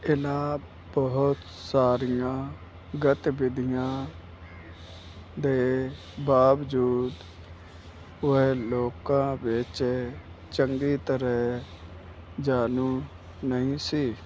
ਇਹਨਾਂ ਬਹੁਤ ਸਾਰੀਆਂ ਗਤੀਵਿਧੀਆਂ ਦੇ ਬਾਵਜੂਦ ਉਹ ਲੋਕਾਂ ਵਿੱਚ ਚੰਗੀ ਤਰ੍ਹਾਂ ਜਾਣੂ ਨਹੀਂ ਸੀ